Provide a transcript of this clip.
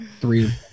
three